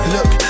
Look